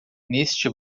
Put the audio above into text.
neste